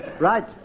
Right